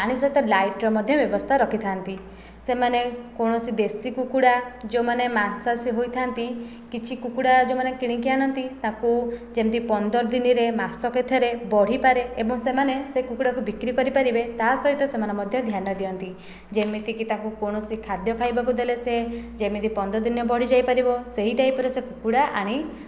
ପାଣି ସହିତ ଲାଇଟ୍ର ମଧ୍ୟ ବ୍ୟବସ୍ଥା ରଖିଥାନ୍ତି ସେମାନେ କୌଣସି ଦେଶୀ କୁକୁଡ଼ା ଯେଉଁ ମାନେ ମାଂସାସୀ ହୋଇଥାନ୍ତି କିଛି କୁକୁଡ଼ା ଯେଉଁମାନେ କିଣିକି ଆଣନ୍ତି ତାକୁ ଯେମିତି ପନ୍ଦର ଦିନରେ ମାସକେ ଥରେ ବଢ଼ିପାରେ ଏବଂ ସେମାନେ ସେ କୁକୁଡ଼ାକୁ ବିକ୍ରି କରିପାରିବେ ତା ସହିତ ସେମାନେ ମଧ୍ୟ ଧ୍ୟାନ ଦିଅନ୍ତି ଯେମିତିକି ତାଙ୍କୁ କୌଣସି ଖାଦ୍ୟ ଖାଇବାକୁ ଦେଲେ ସେ ଯେମିତି ପନ୍ଦର ଦିନରେ ବଢ଼ିଯାଇପାରିବ ସେହି ଟାଇପର ସେ କୁକୁଡ଼ା ଆଣି